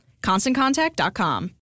ConstantContact.com